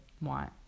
want